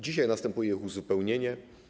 Dzisiaj następuje ich uzupełnienie.